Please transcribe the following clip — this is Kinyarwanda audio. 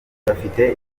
bafite